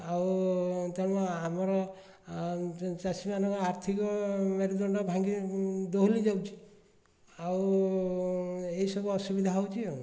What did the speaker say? ଆଉ ତେଣୁ ଆମର ଚାଷୀମାନଙ୍କ ଆର୍ଥିକ ମେରୁଦଣ୍ଡ ଭାଙ୍ଗି ଦୋହଲି ଯାଉଛି ଆଉ ଏହିସବୁ ଅସୁବିଧା ହେଉଛି ଆଉ